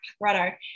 righto